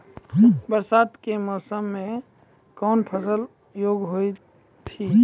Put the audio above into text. बरसात के मौसम मे कौन फसल योग्य हुई थी?